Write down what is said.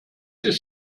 ist